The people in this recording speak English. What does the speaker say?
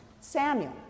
Samuel